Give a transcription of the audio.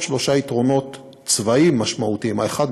שלושה יתרונות צבאיים משמעותיים: האחד,